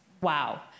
wow